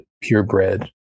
purebred